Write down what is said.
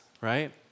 right